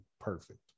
perfect